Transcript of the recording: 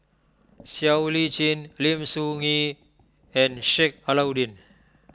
Siow Lee Chin Lim Soo Ngee and Sheik Alau'ddin